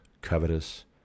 covetous